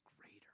greater